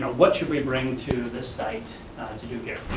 what should we bring to this site to do here?